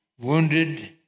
wounded